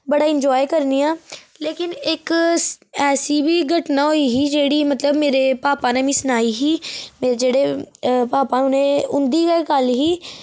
बड़ा इंजाय करनी आं लेकिन इक ऐसी बी घटना होई ही जेह्ड़ी मतलब मेरे पापा ने सनाई ही और जेह्ड़े पापा उनें उंदी गै गल्ल ही